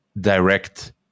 direct